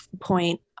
point